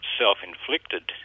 self-inflicted